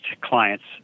clients